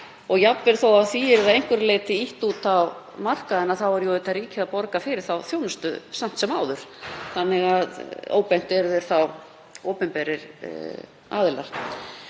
Jafnvel þó að því yrði að einhverju leyti ýtt út á markaðinn þá er jú auðvitað ríkið að borga fyrir þá þjónustu samt sem áður, þannig að óbeint eru þeir þá opinberir aðilar.